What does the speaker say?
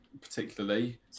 particularly